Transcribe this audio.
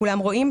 כולם רואים,